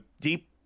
Deep